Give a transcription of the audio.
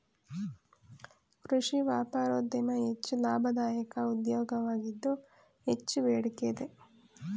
ಕೃಷಿ ವ್ಯಾಪಾರೋದ್ಯಮ ಹೆಚ್ಚು ಲಾಭದಾಯಕ ಉದ್ಯೋಗವಾಗಿದ್ದು ಹೆಚ್ಚು ಬೇಡಿಕೆ ಇದೆ